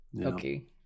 Okay